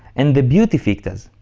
and the beauty fictas,